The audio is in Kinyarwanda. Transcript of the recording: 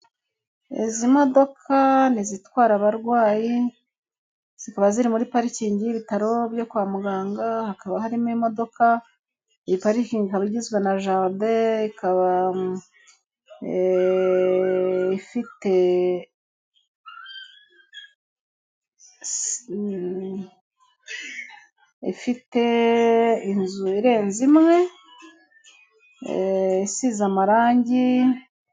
Izi modoka ni izitwara abarwayi, zikaba ziri muri parikingi y'ibitaro byo kwa muganga, hakaba harimo imodoka, iyi parikingi ikaba igizwe na jaride, ikaba ifite inzu irenze imwe isize amarangi.